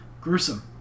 gruesome